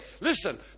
Listen